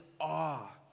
awe